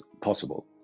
possible